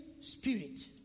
Spirit